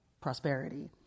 prosperity